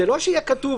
זה לא שיהיה כתוב,